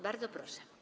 Bardzo proszę.